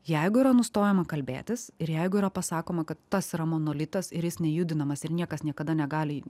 jeigu yra nustojama kalbėtis ir jeigu yra pasakoma kad tas yra monolitas ir jis nejudinamas ir niekas niekada negali